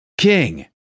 king